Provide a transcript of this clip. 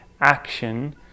action